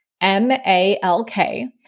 M-A-L-K